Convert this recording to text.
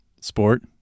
sport